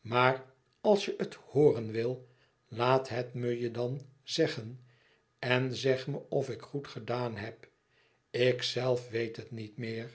maar als je het hooren wil laat het me je dan zeggen en zeg me of ik goed gedaan heb ik zelf weet het niet meer